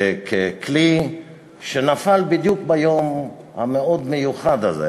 ככלי שנפל בדיוק ביום המאוד-מיוחד הזה,